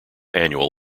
annual